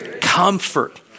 comfort